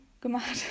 gemacht